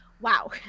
Wow